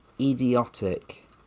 idiotic